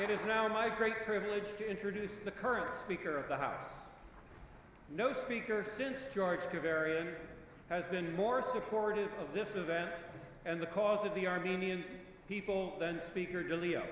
it is now my great privilege to introduce the current speaker of the house no speaker since george to various has been more supportive of this event and the cause of the armenian people than speaker dil